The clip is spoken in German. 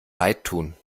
leidtun